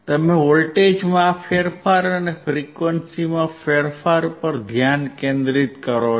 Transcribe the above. તમે વોલ્ટેજમાં આ ફેરફાર અને ફ્રીક્વન્સીમાં ફેરફાર પર ધ્યાન કેન્દ્રિત કરો છો